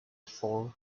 four